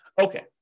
Okay